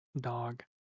dog